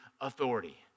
authority